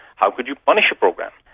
how could you punish a program?